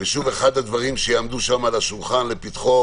אחד הדברים שיעלו שם על השולחן לפתחו